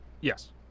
Yes